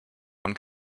one